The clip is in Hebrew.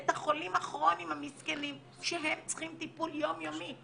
את החולים הכרוניים המסכנים שהם צריכים טיפול יום יומי.